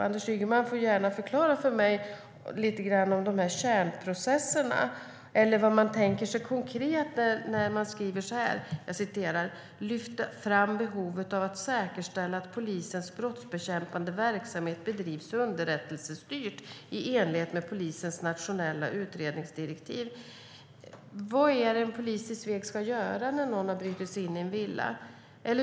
Anders Ygeman får gärna förklara lite grann om kärnprocesserna för mig och vad man tänker konkret när man skriver "lyft fram behovet av att säkerställa att polisens brottsbekämpande verksamhet bedrivs underrättelsestyrt . i enlighet med polisens nationella utredningsdirektiv". Vad är det en polis ska göra när någon har brutit sig in i en villa?